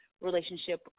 relationship